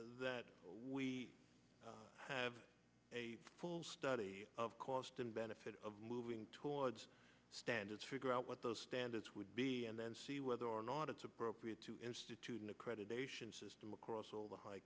that we have a full study of cost and benefit of moving towards standards figure out what those standards would be and then see whether or not it's appropriate to institute an accreditation system across all the high